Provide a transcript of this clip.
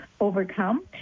overcome